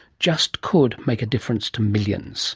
just could, make a difference to millions